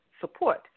support